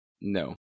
No